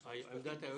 היועמ"ש.